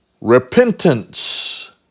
repentance